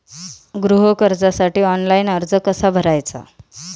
गृह कर्जासाठी ऑनलाइन अर्ज कसा भरायचा?